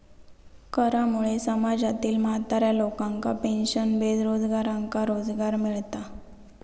करामुळे समाजातील म्हाताऱ्या लोकांका पेन्शन, बेरोजगारांका रोजगार मिळता